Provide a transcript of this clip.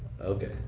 Okay